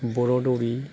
बर' दौरि